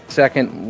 second